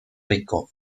rico